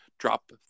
Drop